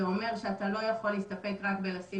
זה אומר שאתה לא יכול להסתפק רק לשים